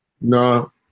No